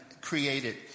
created